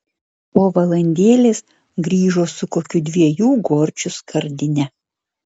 po valandėlės grįžo su kokių dviejų gorčių skardine